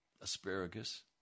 asparagus